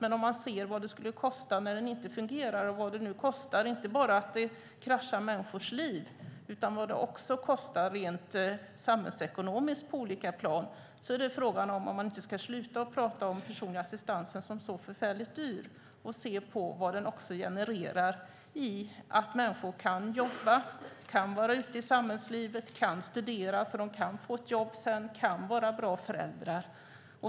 Men om man ser vad det skulle kosta när den inte fungerar och vad det kostar att krascha människors liv och rent samhällsekonomiskt på olika plan, är frågan om man inte ska sluta att tala om personlig assistans som så förfärligt dyr och se på vad den genererar i att människor kan jobba, kan vara ute i samhällslivet, kan studera för att senare få jobb, kan vara bra föräldrar.